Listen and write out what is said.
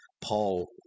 Paul